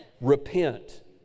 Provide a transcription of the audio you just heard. Repent